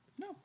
No